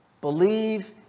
Believe